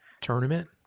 tournament